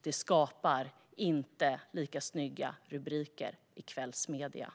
Det skapar inte lika snygga rubriker i kvällsmedierna.